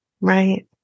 right